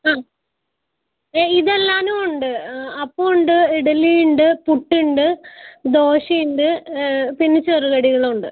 ആ ഇതല്ലാണ്ട് ഉണ്ട് അപ്പം ഉണ്ട് ഇഡലി ഉണ്ട് പുട്ട് ഉണ്ട് ദോശ ഉണ്ട് പിന്നെ ചെറുകടികളും ഉണ്ട്